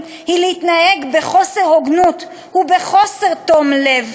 היא להתנהג בחוסר הוגנות או בחוסר תום לב,